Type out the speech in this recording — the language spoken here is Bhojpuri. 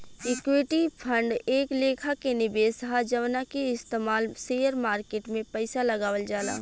ईक्विटी फंड एक लेखा के निवेश ह जवना के इस्तमाल शेयर मार्केट में पइसा लगावल जाला